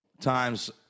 times